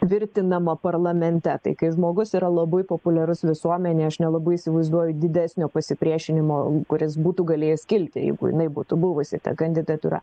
tvirtinama parlamente tai kai žmogus yra labai populiarus visuomenėj aš nelabai įsivaizduoju didesnio pasipriešinimo kuris būtų galėjęs kilti jeigu jinai būtų buvusi ta kandidatūra